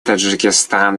таджикистан